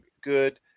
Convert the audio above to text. good